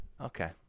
Okay